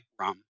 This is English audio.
rum